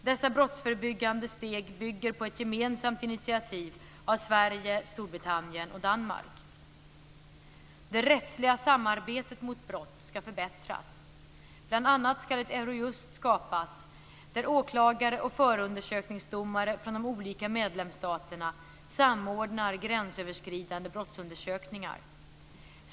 Dessa brottsförebyggande steg bygger på ett gemensamt initiativ av Sverige, Storbritannien och Danmark. Det rättsliga samarbetet mot brott ska förbättras, bl.a. ska ett Eurojust skapas där åklagare och förundersökningsdomare från de olika medlemsstaterna samordnar gränsöverskridande brottsundersökningar.